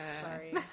Sorry